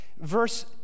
verse